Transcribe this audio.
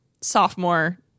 sophomore